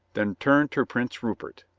then turned to prince rupert.